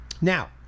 Now